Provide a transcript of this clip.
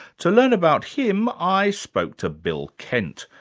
to learn about him, i spoke to bill kent,